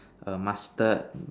err mustard